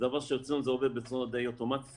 זה דבר שאצלנו עובד בצורה די אוטומטית,